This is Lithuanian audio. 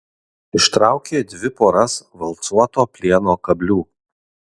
ištraukė dvi poras valcuoto plieno kablių